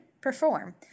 perform